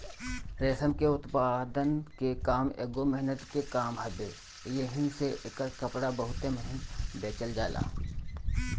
रेशम के उत्पादन के काम एगो मेहनत के काम हवे एही से एकर कपड़ा बहुते महंग बेचल जाला